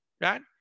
right